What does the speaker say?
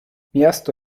miasto